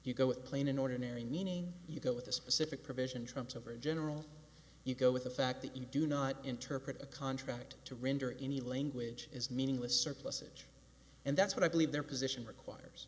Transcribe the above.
you go with plain an ordinary meaning you go with a specific provision trumps a very general you go with the fact that you do not interpret a contract to render any language is meaningless surplusage and that's what i believe their position requires